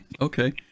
Okay